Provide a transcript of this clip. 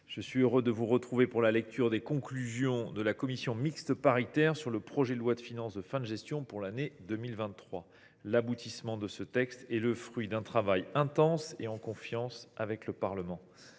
je suis heureux de vous retrouver pour la lecture des conclusions de la commission mixte paritaire sur le projet de loi de finances de fin de gestion pour l’année 2023. L’aboutissement de ce texte est le fruit d’un travail intense et en confiance avec le Parlement.